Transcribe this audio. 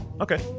Okay